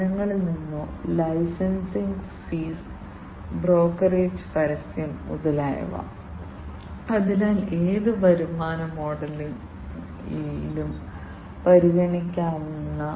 സാധാരണഗതിയിൽ എന്താണ് സംഭവിക്കുന്നത് നിങ്ങൾ ഈ സെൻസറുകളെ കൂടുതൽ കഴിവുള്ളതും ബുദ്ധിപരവും ശക്തവുമാക്കുന്നു വിലയും വർദ്ധിക്കുന്നു